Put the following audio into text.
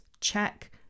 check